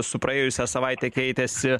su praėjusią savaitę keitėsi